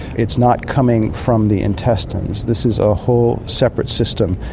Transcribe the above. it's not coming from the intestines. this is a whole separate system,